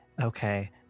Okay